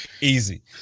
easy